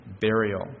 burial